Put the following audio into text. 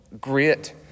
grit